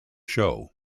show